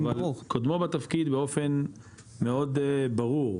אבל קודמו בתפקיד באופן מאוד ברור,